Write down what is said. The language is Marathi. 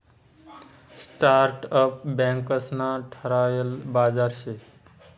स्टार्टअप बँकंस ना ठरायल बाजार शे